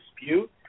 dispute